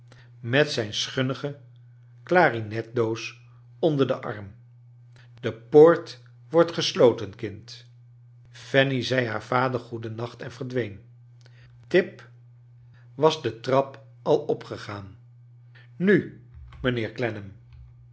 met zijn schuanige clarinettendoos onder den arm de poort wordt gesloten kind fanny zei haar vader goeden nacht en verdween tip was de trap al opgegaan nu